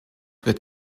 wird